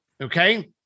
Okay